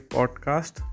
Podcast